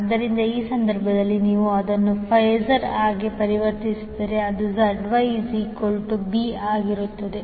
ಆದ್ದರಿಂದ ಆ ಸಂದರ್ಭದಲ್ಲಿ ನೀವು ಅದನ್ನು ಫಾಸರ್ ಆಗಿ ಪರಿವರ್ತಿಸಿದರೆ ಅದು 𝐙𝑌 b ಆಗಿರುತ್ತದೆ